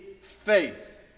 faith